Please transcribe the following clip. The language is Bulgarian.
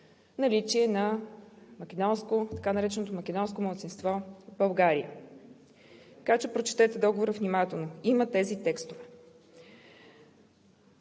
нареченото македонско малцинство в България. Така че прочетете Договора внимателно, има тези текстове.